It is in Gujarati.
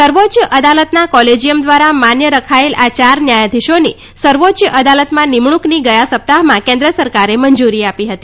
સર્વોચ્ચ અદાલતના કોલેજીયમ દ્વારા માન્ય રખાયેલ આ ચાર ન્યાયધીશોની સર્વોચ્ચ અદાલતમાં નિમણૂંકની ગયા સપ્તાહમાં કેન્દ્ર સરકારે મંજૂરી આપી હતી